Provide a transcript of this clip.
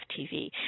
TV